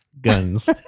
Guns